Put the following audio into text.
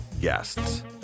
guests